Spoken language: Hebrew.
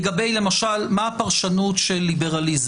לגבי מה הפרשנות של ליברליזם,